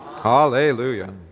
Hallelujah